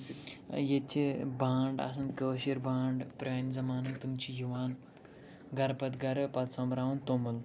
ییٚتہِ چھِ بانڈ آسان کٲشِر بانڈ پرانہِ زَمانٕکۍ تِم چھِ یِوان گرٕ پَتہٕ گرٕ پَتہٕ سومبراوان توٚمُل